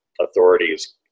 authorities